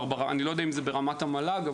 אני לא יודע אם ברמת המל"ג,